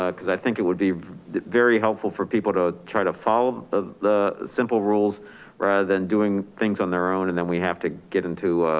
ah cause i think it would be very helpful for people to try to follow ah the simple rules rather than doing things on their own and then we have to get into